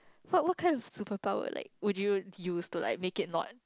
what what kind of superpower like would you use to like make it not